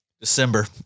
December